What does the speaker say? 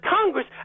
Congress